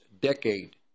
decade